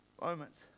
moments